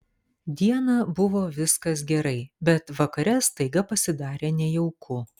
dieną buvo viskas gerai bet vakare staiga pasidarė nejauku